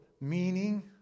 meaning